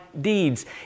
deeds